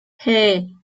hey